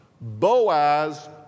Boaz